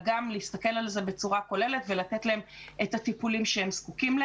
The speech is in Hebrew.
גם להסתכל על זה בצורה כוללת ולתת להם את הטיפולים להם הם זקוקים.